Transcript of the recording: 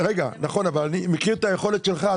נכון, אבל אני מכיר את היכולת שלך.